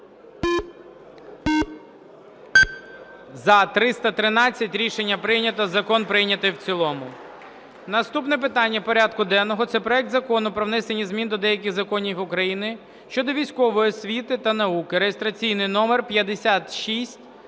За-313 Рішення прийнято. Закон прийнятий в цілому. Наступне питання порядку денного – це проект Закону про внесення змін до деяких законів України щодо військової освіти та науки (реєстраційний номер 5641).